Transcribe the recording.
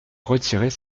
retirer